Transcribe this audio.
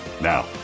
Now